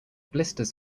blisters